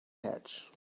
hatch